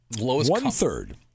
One-third